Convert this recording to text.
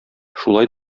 шулай